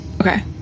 Okay